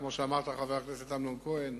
כמו שאמרת, חבר הכנסת אמנון כהן,